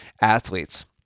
athletes